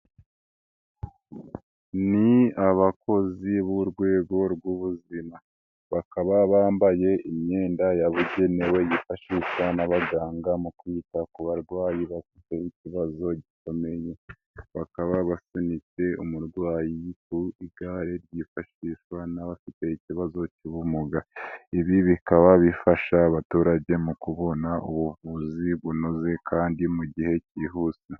Ni abakozi b'urwego rw'ubuzima, bakaba bambaye imyenda yabugenewe, yifashishwa n'abaganga mu kwita ku barwayi bafite ikibazo gikomeye, bakaba basunitse umurwayi ku igare ryifashishwa n'abafite ikibazo cy'ubumuga. Ibi bikaba bifasha abaturage mu kubona ubuvuzi bunoze kandi mu gihe cyihuse.